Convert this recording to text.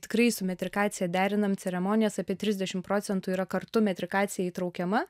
tikrai su metrikacija derinam ceremonijas apie trisdešim procentų yra kartu metrikacija įtraukiama